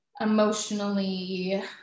emotionally